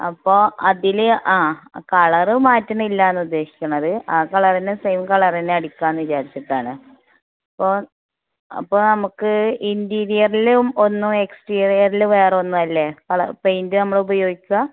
അപ്പോൾ അതിൽ ആ കളർ മാറ്റുന്നില്ല എന്ന് ഉദ്ദേശിക്കുന്നത് ആ കളർ തന്നെ സെയിം കളർ തന്നെ അടിക്കാമെന്ന് വിചാരിച്ചിട്ടാണ് അപ്പോൾ അപ്പോൾ നമുക്ക് ഇൻറ്റീരിയറിലും ഒന്ന് എക്സ്സ്റ്റീരിയറിൽ വേറെ ഒന്നും അല്ലേ കളർ പേയിന്റ് നമ്മൾ ഉപയോഗിക്കുക